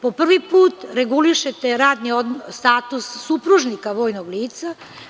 Po prvi put regulišete radni status supružnika vojnog lica.